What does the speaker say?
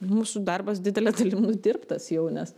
mūsų darbas didele dalim nudirbtas jau nes